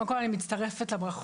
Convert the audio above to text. קודם כל, אני מצטרפת לברכות.